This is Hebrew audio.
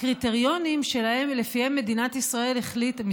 הקריטריונים שלפיהם מדינת ישראל החליטה,